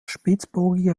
spitzbogige